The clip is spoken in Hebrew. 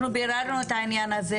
אנחנו ביררנו את העניין הזה,